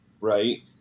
right